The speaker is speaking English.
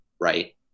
right